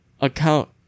account